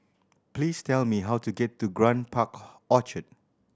please tell me how to get to Grand Park Orchard